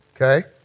Okay